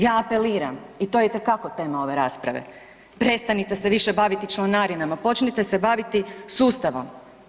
Ja apeliram, i to je itekako tema ove rasprave, prestanite se više baviti članarinama, počnite se baviti sustavom.